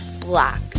Black